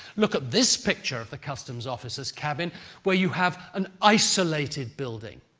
look at this picture of the customs officer's cabin where you have an isolated building.